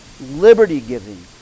liberty-giving